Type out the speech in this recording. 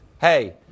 hey